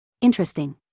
Interesting